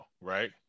right